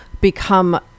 become